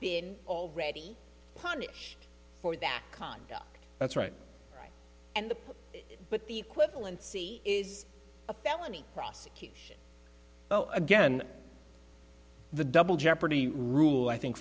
been already punished for that conduct that's right and the but the equivalent c is a felony prosecution so again the double jeopardy rule i think